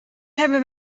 hebben